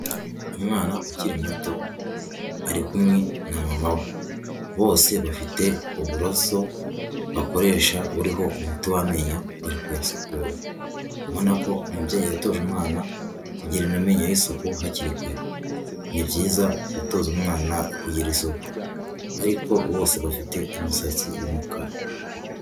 Umwana ukiri muto ari kumwe na mama we, bose bafite uburoso bakoresha buriho umuti w'amenyo, bari kuyasukura, ubona ko umubyeyi yatoje umwana kugirira amenyo ye isuku hakiri kare, ni byiza gutoza umwana kugira isuku ,ariko bose bafite imisatsi y'umukara.